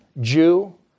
Jew